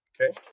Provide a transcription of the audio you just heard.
Okay